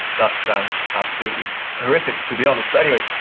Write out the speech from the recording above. that sounds absolutely horrific to be honest. but anyway,